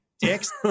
dicks